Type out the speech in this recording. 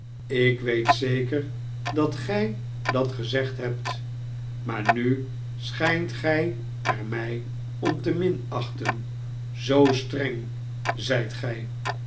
ik weet zeker dat gij dat gezegd hebt maar nu schijnt gij er mij om te minachten zoo streng zijt gijedward